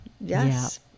yes